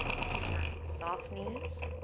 let's keep trying. soft knees,